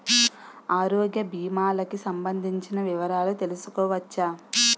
ఆరోగ్య భీమాలకి సంబందించిన వివరాలు తెలుసుకోవచ్చా?